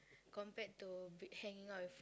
compared to b~ hanging out with